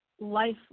life